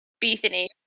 Bethany